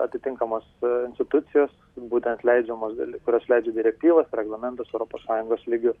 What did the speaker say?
atitinkamos institucijos būtent leidžia kurios leidžia direktyvas reglamentus europos sąjungos lygiu